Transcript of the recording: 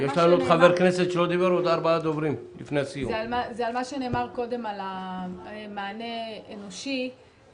זה על מה שנאמר קודם לגבי המענה האנושי.